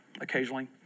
occasionally